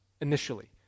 initially